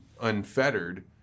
unfettered